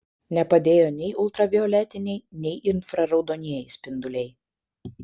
nepadėjo nei ultravioletiniai nei infraraudonieji spinduliai